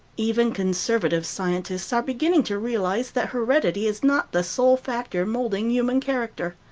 even conservative scientists are beginning to realize that heredity is not the sole factor moulding human character.